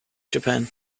japan